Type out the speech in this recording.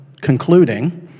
concluding